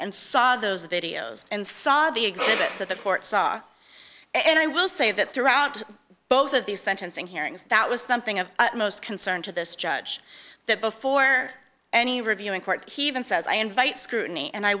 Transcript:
and saw those videos and saw the exhibits that the court saw and i will say that throughout both of these sentencing hearings that was something of most concern to this judge that before any reviewing court he even says i invite scrutiny and i